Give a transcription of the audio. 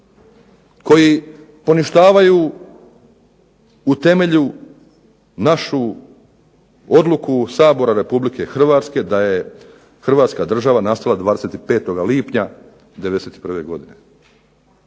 koji poništavaju u temelju našu odluku Sabora Republike Hrvatske da je Hrvatska država nastala 25. lipnja 91. godine.